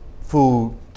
food